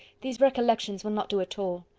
these recollections will not do at all.